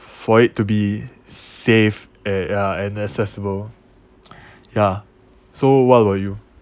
for it to be safe at ya and accessible ya so what about you